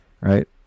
right